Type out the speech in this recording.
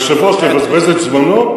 היושב-ראש, לבזבז את זמנו?